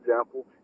example